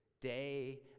day